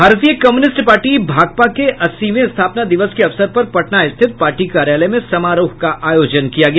भारतीय communist party Bhakpa के अस्सीवें स्थापना दिवस के अवसर पर पटना स्थित पार्टी कार्यालय में समारोह का आयोजन किया गया